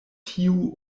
tiu